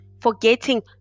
forgetting